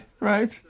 Right